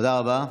תודה רבה.